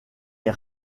est